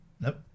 Nope